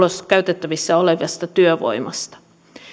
käytettävissä olevasta työvoimasta